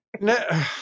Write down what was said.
No